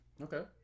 Okay